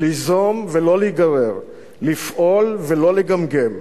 ליזום ולא להיגרר, לפעול ולא לגמגם,